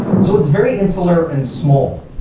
so it's very insular and small.